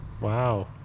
wow